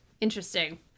Interesting